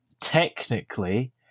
technically